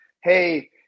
hey –